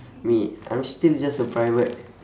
me I'm still just a private